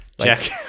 Jack